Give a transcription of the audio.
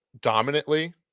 dominantly